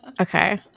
Okay